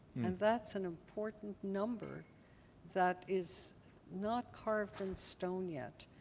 and that's an important number that is not carved in stone yet.